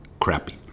crappy